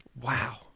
wow